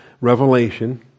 revelation